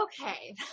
okay